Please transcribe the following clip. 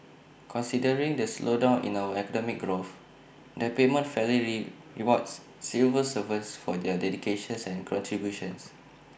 considering the slowdown in our economic growth the payment fairly rewards civil servants for their dedications and contributions